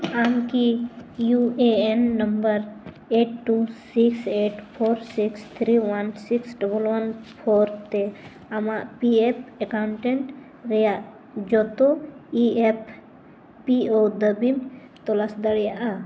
ᱟᱢ ᱠᱤ U A N number eight two six eight four six three one six double one four ᱛᱮ ᱟᱢᱟᱜ P F ᱮᱠᱟᱣᱩᱱᱴᱴᱮᱱᱴ ᱨᱮᱭᱟᱜ ᱡᱚᱛᱚ ᱤ ᱮᱯᱷ ᱯᱤ ᱳ ᱫᱟᱹᱵᱤᱢ ᱛᱚᱞᱟᱥ ᱫᱟᱲᱮᱭᱟᱜᱼᱟ